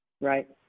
Right